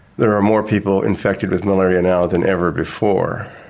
there are more people infected with malaria now than ever before.